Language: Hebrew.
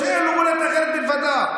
ואין לו מולדת אחרת מלבדה,